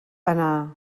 anar